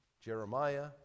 Jeremiah